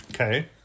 Okay